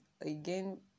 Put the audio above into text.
again